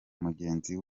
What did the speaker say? mugenzi